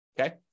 okay